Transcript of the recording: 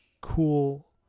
cool